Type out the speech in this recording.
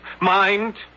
Mind